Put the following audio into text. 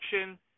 action